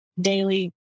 daily